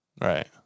Right